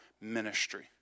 ministry